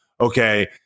okay